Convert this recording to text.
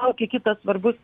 laukia kitas svarbus